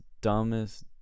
dumbest